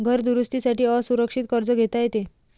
घर दुरुस्ती साठी असुरक्षित कर्ज घेता येते